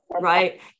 Right